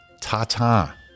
Ta-ta